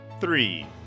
three